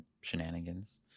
shenanigans